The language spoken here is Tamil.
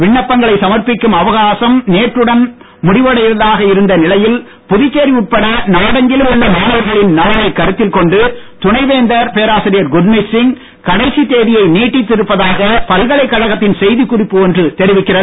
விண்ணப்பங்களை சமர்ப்பிக்கும் அவகாசம் நேற்றுடன் முடிவடைவதாக இருந்த நிலையில் புதுச்சேரி உட்பட நாடெங்கிலும் உள்ள மாணவர்களின் நலனைக் கருத்தில் கொண்டு துணை வேந்தர் பேராசிரியர் குர்மித் சிங் கடைசி தேதியை நீட்டித்திருப்பதாக பல்கலைக்கழகத்தின் செய்திக் குறிப்பு ஒன்று தெரிவிக்கிறது